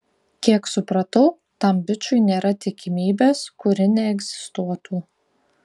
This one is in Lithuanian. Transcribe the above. kiek supratau tam bičui nėra tikimybės kuri neegzistuotų